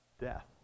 Death